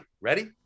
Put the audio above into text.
ready